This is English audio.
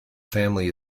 family